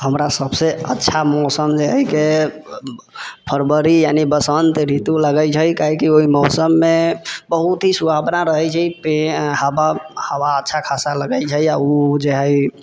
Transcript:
हमरा सभसँ अच्छा मौसम जे हइके फरवरी यानि बसन्त ऋतु लगै छै काहेकि ओहि मौसममे बहुत हि सुहावना रहै छै पे हवा अच्छा खासा लगै छै आ ओ जे हइ